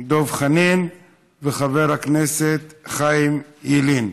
דב חנין וחבר הכנסת חיים ילין.